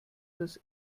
das